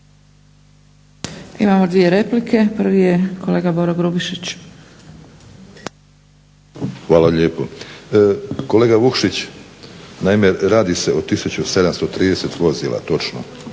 Imamo dvije replike. Prvi je kolega Boro Grubišić. **Grubišić, Boro (HDSSB)** Hvala lijepo. Kolega Vukšić, naime radi se o 1730 vozila točno